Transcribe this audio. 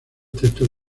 texto